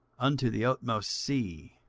unto the utmost sea,